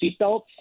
seatbelts